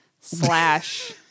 Slash